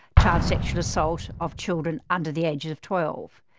child sexual assault of children under the age of twelve,